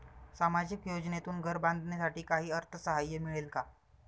सामाजिक योजनेतून घर बांधण्यासाठी काही अर्थसहाय्य मिळेल का?